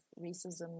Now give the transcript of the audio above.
racism